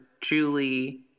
Julie